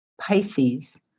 Pisces